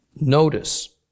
Notice